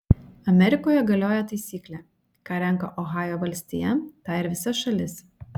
amerikoje galioja taisyklė ką renka ohajo valstija tą ir visa šalis